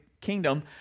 kingdom